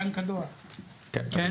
אנחנו